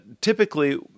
typically